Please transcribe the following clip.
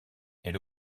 elle